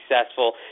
successful